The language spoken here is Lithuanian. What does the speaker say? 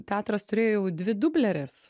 teatras turėjo jau dvi dubleres